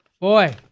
Boy